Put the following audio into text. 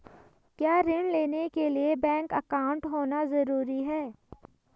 क्या ऋण लेने के लिए बैंक अकाउंट होना ज़रूरी है?